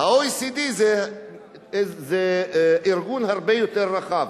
ה-OECD זה ארגון הרבה יותר רחב,